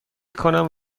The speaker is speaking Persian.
کنم